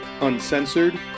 uncensored